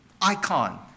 icon